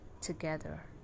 together